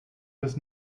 bis